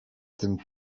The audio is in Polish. tym